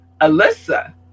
Alyssa